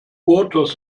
waters